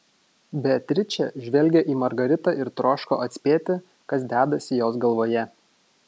beatričė žvelgė į margaritą ir troško atspėti kas dedasi jos galvoje